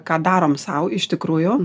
ką darom sau iš tikrųjų